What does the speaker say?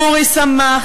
אורי שמח,